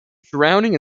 drowning